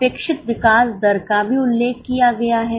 अपेक्षित विकास दर का भी उल्लेख किया गया है